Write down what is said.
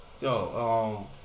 yo